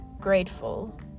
grateful